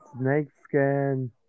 snakeskin